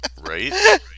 Right